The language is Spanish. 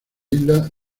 islas